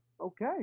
Okay